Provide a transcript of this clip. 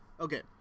Okay